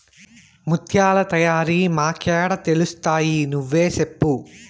ముత్యాల తయారీ మాకేడ తెలుస్తయి నువ్వే సెప్పు